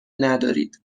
ندارید